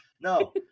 No